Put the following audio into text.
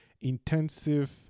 intensive